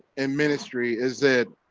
and ministry is that